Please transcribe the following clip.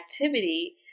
activity